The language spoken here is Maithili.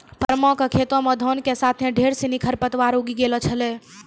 परमा कॅ खेतो मॅ धान के साथॅ ढेर सिनि खर पतवार उगी गेलो छेलै